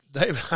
David